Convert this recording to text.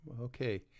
okay